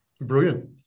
brilliant